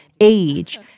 age